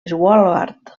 svalbard